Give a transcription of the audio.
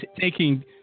taking